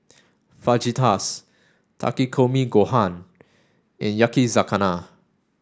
Fajitas Takikomi Gohan and Yakizakana